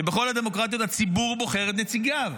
שבכל הדמוקרטיות הציבור בוחר את נציגיו,